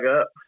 up